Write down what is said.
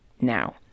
now